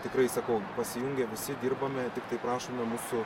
tikrai sakau pasijungę visi dirbame tiktai prašome mūsų